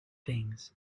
things